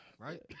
Right